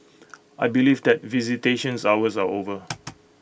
I believe that visitations hours are over